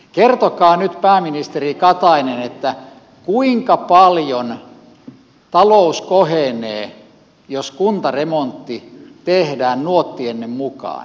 kertokaa nyt pääministeri katainen kuinka paljon talous kohenee jos kuntaremontti tehdään nuottienne mukaan